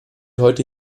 heute